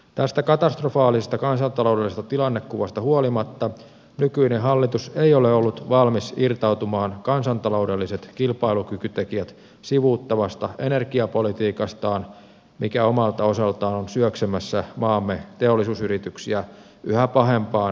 tästä katastrofaalisesta kansantaloudellisesta tilannekuvasta huolimatta nykyinen hallitus ei ole ollut valmis irtautumaan kansantaloudelliset kilpailukykytekijät sivuuttavasta energiapolitiikastaan mikä omalta osaltaan on syöksemässä maamme teollisuusyrityksiä yhä pahempaan näivettymisen kierteeseen